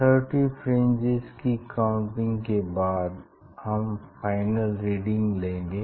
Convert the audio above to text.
30 fringes की counting के बाद हम फाइनल रीडिंग लेंगे